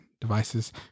devices